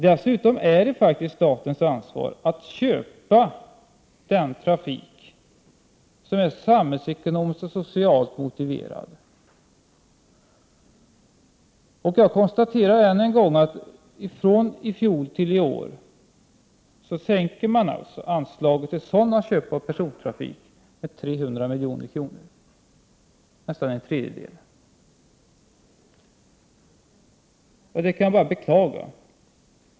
Dessutom är det faktiskt statens ansvar att köpa den trafik som är samhällsekonomiskt och socialt motiverad. Jag konstaterar än en gång att man från fjolåret sänker anslaget för SJ för köp av persontrafik med 300 milj.kr., nästan en tredjedel. Det är bara att beklaga.